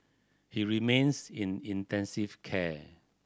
he remains in intensive care